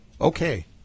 okay